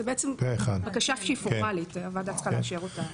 זו בעצם בקשה שהיא פורמלית הוועדה צריכה לאשר אותה.